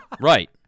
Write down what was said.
right